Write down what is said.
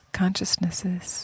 consciousnesses